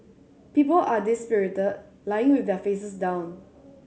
people are dispirited lying with their faces down